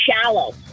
shallow